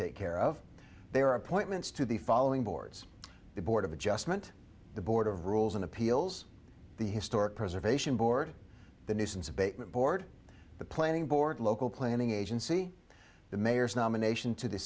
take care of their appointments to the following boards the board of adjustment the board of rules and appeals the historic preservation board the nuisance abatement board the planning board local planning agency the mayor's nomination to the